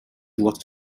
looked